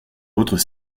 autres